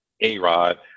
A-Rod